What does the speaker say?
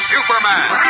Superman